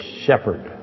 shepherd